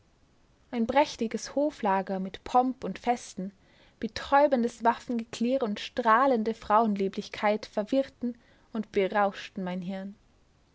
ein prächtiges hoflager mit pomp und festen betäubendes waffengeklirr und strahlende frauenlieblichkeit verwirrten und berauschten mein hirn